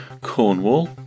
Cornwall